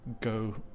go